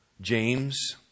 James